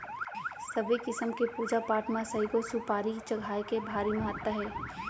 सबे किसम के पूजा पाठ म सइघो सुपारी चघाए के भारी महत्ता हे